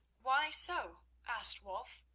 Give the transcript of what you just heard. why so? asked wulf.